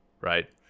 right